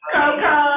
Coco